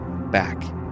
back